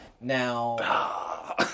now